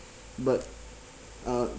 but uh